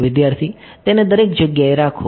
વિદ્યાર્થી તેને દરેક જગ્યાએ રાખો